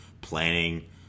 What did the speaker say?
planning